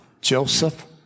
Joseph